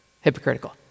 hypocritical